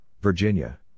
Virginia